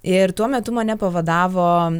ir tuo metu mane pavadavo